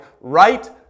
right